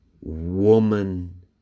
woman